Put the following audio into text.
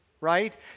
right